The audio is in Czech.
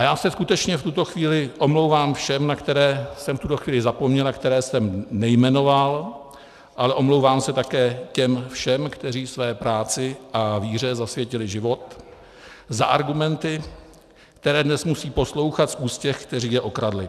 Já se skutečně v tuto chvíli omlouvám všem, na které jsem v tuto chvíli zapomněl a které jsem nejmenoval, ale omlouvám se také těm všem, kteří své práci a víře zasvětili život, za argumenty, které dnes musí poslouchat z úst těch, kteří je okradli.